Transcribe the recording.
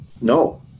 No